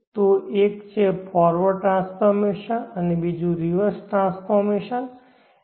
તો એક છે ફોરવર્ડ ટ્રાન્સફોર્મેશન બીજું રિવર્સ ટ્રાન્સફોર્મેશન છે